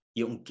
yung